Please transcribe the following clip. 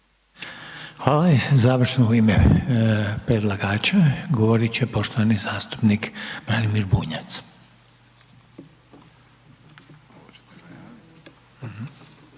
Hvala. I završno u ime predlagača, govoriti će poštovani zastupnik Branimir Bunjac.